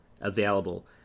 available